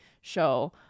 show